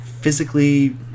physically